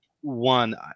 One